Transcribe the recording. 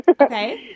Okay